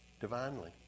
divinely